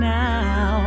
now